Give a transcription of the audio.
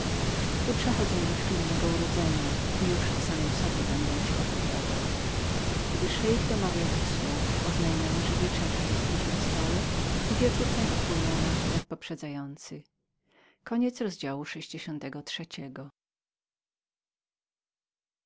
tu przychodzę do chwili mego urodzenia i już o samym sobie będę ci opowiadał gdy szeik domawiał tych słów oznajmiono że wieczerza była na stole i wieczór ten upłynął nam jak poprzedzający